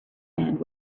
end